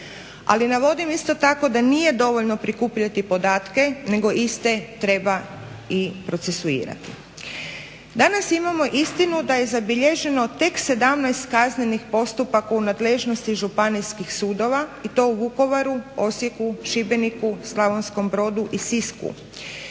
Ali navodim isto tako da nije dovoljno prikupljati podatke, nego iste treba i procesuirati. Danas imamo istinu da je zabilježeno tek 17 kaznenih postupaka u nadležnosti Županijskih sudova i to u Vukovaru, Osijeku, Šibeniku, Slavonskom Brodu i Sisku